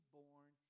born